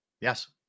yes